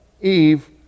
Eve